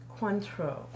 Cointreau